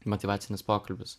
motyvacinis pokalbis